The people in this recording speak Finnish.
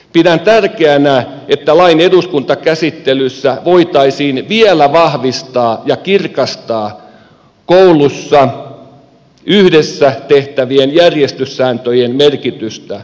pidän tärkeänä että lain eduskuntakäsittelyssä voitaisiin vielä vahvistaa ja kirkastaa koulussa yhdessä tehtävien järjestyssääntöjen merkitystä